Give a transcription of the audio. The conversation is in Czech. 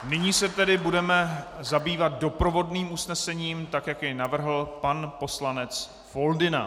Nyní se tedy budeme zabývat doprovodným usnesením, tak jak jej navrhl pan poslanec Foldyna.